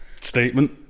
statement